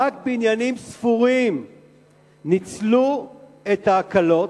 רק בניינים ספורים ניצלו את ההקלות,